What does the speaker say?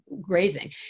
grazing